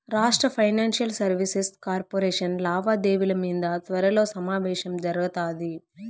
రాష్ట్ర financial services corporation లావాదేవిల మింద త్వరలో సమావేశం జరగతాది